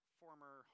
former